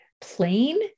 plain